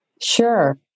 Sure